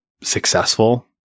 successful